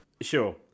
sure